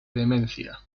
demencia